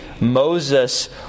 Moses